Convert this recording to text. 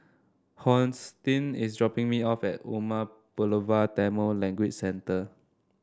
Hosteen is dropping me off at Umar Pulavar Tamil Language Centre